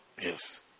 Yes